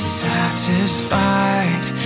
satisfied